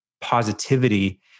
positivity